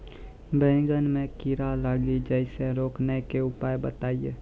बैंगन मे कीड़ा लागि जैसे रोकने के उपाय बताइए?